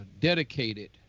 dedicated